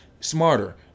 smarter